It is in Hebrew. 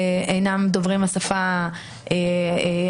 שאינם דוברים את השפה העברית.